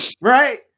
right